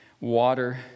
water